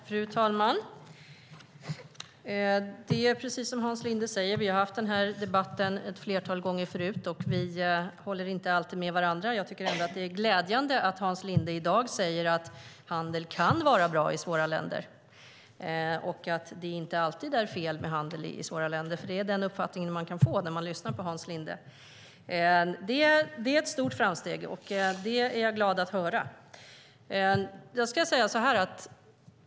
Fru talman! Det är precis som Hans Linde säger: Vi har haft den här debatten ett flertal gånger förut, och vi håller inte alltid med varandra. Jag tycker ändå att det är glädjande att Hans Linde i dag säger att det inte alltid är fel med handel i svåra länder utan att handel kan vara bra även där. Det är annars den uppfattningen man kan få när man lyssnar på Hans Linde. Det är ett stort framsteg, och det är jag glad att höra.